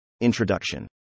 Introduction